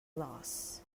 loss